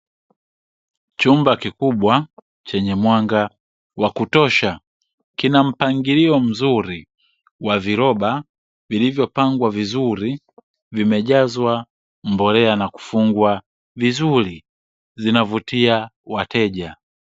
Chumba kikubwa chenye mwanga wa kutosha, kina mpangilio mzuri wa viroba vilivyopangwa vizuri vimejazwa mbolea na kufungwa vizuri, zinavutia wateja.